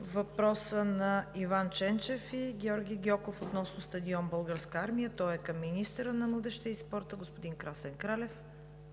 въпроса на Иван Ченчев и Георги Гьоков относно стадион „Българска армия“. Той е към министъра на младежта и спорта господин Красен Кралев.